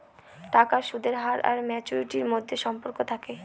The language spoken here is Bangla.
টাকার সুদের হার আর ম্যাচুরিটির মধ্যে সম্পর্ক থাকে